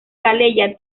calella